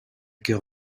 coeur